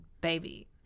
baby